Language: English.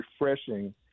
refreshing